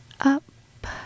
up